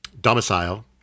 domicile